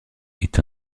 est